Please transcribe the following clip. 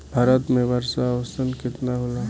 भारत में वर्षा औसतन केतना होला?